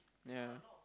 yeah